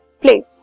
place